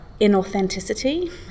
inauthenticity